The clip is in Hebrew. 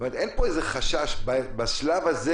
בשלב הזה,